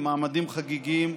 למעמדים חגיגיים,